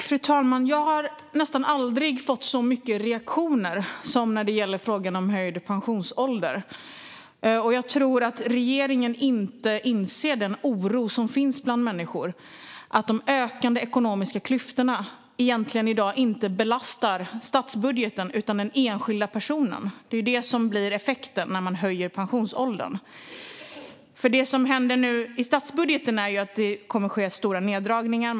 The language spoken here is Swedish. Fru talman! Jag har nästan aldrig fått så många reaktioner som när det gäller frågan om höjd pensionsålder. Jag tror att regeringen inte inser den oro som finns bland människor. De ökande ekonomiska klyftorna i dag belastar egentligen inte statsbudgeten utan den enskilda personen. Det blir effekten när man höjer pensionsåldern. Det som händer nu i statsbudgeten är att det kommer att ske stora neddragningar.